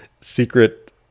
secret